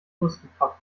muskelkraft